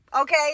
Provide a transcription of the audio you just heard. okay